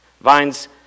vines